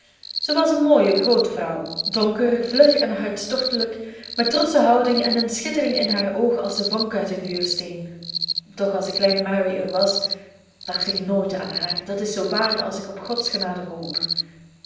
zij was een mooie groote vrouw donker vlug en hartstochtelijk met trotsche houding en een schittering in haar oog als de vonk uit een vuursteen doch als de kleine mary er was dacht ik nooit aan haar dat is zoo waar als ik op gods genade hoop